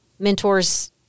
Mentors